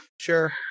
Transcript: Sure